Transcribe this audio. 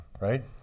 right